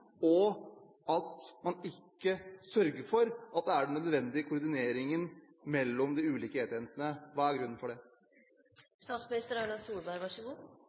og at man ikke sørger for den nødvendige koordinering mellom de ulike E-tjenestene. Hva er grunnen